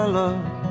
love